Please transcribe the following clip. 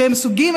שהם סוג ג',